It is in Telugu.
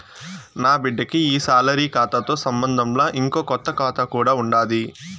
నాబిడ్డకి ఈ సాలరీ కాతాతో సంబంధంలా, ఇంకో కొత్త కాతా కూడా ఉండాది